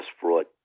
fraud